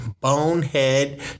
bonehead